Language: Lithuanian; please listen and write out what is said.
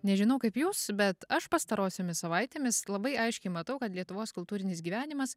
nežinau kaip jūs bet aš pastarosiomis savaitėmis labai aiškiai matau kad lietuvos kultūrinis gyvenimas